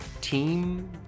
team